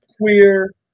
queer